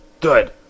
good